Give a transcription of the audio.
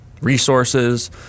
resources